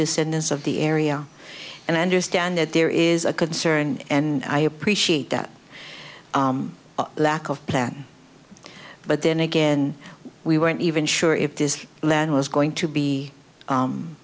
descendants of the area and i understand that there is a concern and i appreciate that lack of plan but then again we weren't even sure if this land was going to be